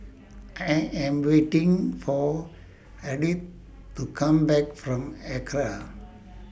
I Am waiting For Ardith to Come Back from Acra